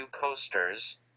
coasters